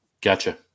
Gotcha